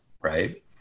right